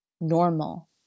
normal